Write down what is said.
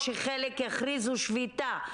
או שחלק יכריזו שביתה,